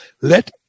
Let